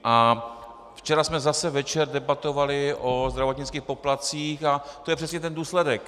A včera jsme zase večer debatovali o zdravotnických poplatcích a to je přesně ten důsledek.